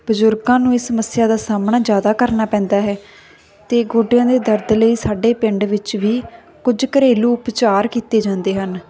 ਬਜ਼ੁਰਗਾਂ ਨੂੰ ਇਸ ਸਮੱਸਿਆ ਦਾ ਸਾਹਮਣਾ ਜ਼ਿਆਦਾ ਕਰਨਾ ਪੈਂਦਾ ਹੈ ਅਤੇ ਗੋਡਿਆਂ ਦੇ ਦਰਦ ਲਈ ਸਾਡੇ ਪਿੰਡ ਵਿੱਚ ਵੀ ਕੁਝ ਘਰੇਲੂ ਉਪਚਾਰ ਕੀਤੇ ਜਾਂਦੇ ਹਨ